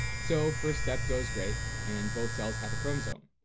so first steps goes great, and both cells have a chromosome,